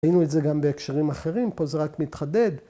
‫ראינו את זה גם בהקשרים אחרים, ‫פה זה רק מתחדד.